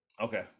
Okay